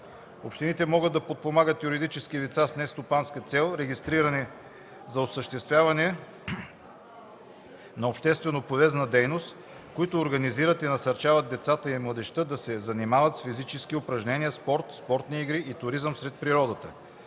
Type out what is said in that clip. Общините могат да подпомагат юридически лица с нестопанска цел, регистрирани за осъществяване на общественополезна дейност, които организират и насърчават децата и младежта да се занимават с физически упражнения, спорт, спортни игри и туризъм сред природата.